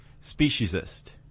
speciesist